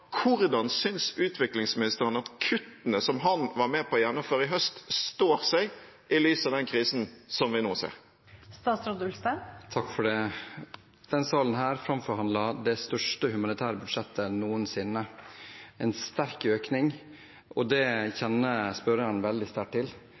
Hvordan synes utviklingsministeren at kuttene som han var med på å gjennomføre i høst, står seg i lys av den krisen vi nå ser? Denne salen framforhandlet det største humanitære budsjettet noensinne – en sterk økning. Det kjenner spørreren veldig sterkt til. Det